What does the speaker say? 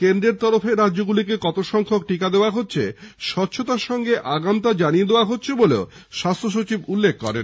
কেন্দ্রের তরফে রাজ্যগুলিকে কত সংখ্যক টিকা দেওয়া হবে স্বচ্ছতার সঙ্গে আগাম জানিয়ে দেওয়া হচ্ছে বলে স্বাস্থ্যসচিব উল্লেখ করেন